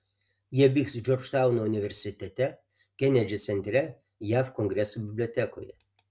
jie vyks džordžtauno universitete kenedžio centre jav kongreso bibliotekoje